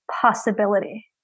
possibility